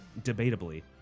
debatably